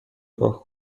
راه